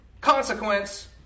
consequence